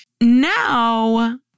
Now